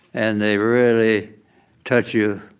and they really touch you